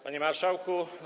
Panie Marszałku!